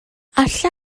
alla